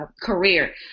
career